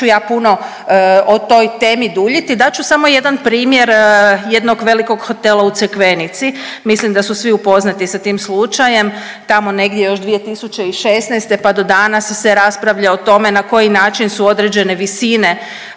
neću ja puno o toj temi duljiti. Dat ću samo jedan primjer jednog velikog hotela u Crikvenici. Mislim da su svi upoznati sa tim slučajem. Tamo negdje još 2016. pa do danas se raspravlja o tome na koji način su određene visine